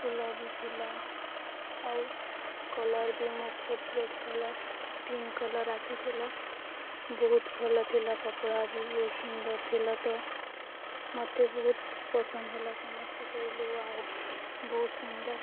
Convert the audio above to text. ଫୁଲ ବି ଥିଲା ଆଉ କଲର୍ ବି ମୋ ଫେଭ୍ରେଟ୍ କଲର୍ ପିଙ୍କ୍ କଲର୍ ଆସିଥିଲା ବହୁତ ଭଲ ଥିଲା କପଡ଼ା ବି ବହୁତ ସୁନ୍ଦର ଥିଲା ତ ମୋତେ ବହୁତ ପସନ୍ଦ ହେଲା ସମସ୍ତେ କହିଲେ ୱାଓ ବହୁତ ସୁନ୍ଦର